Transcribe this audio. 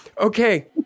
Okay